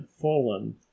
fallen